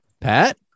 Pat